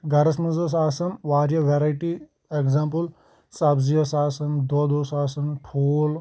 گرَس منٛز ٲس آسان واریاہ ویرایٹی ایٚگزامپٕل سبزی ٲس آسان دۄد اوس آسان ٹھوٗل